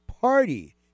party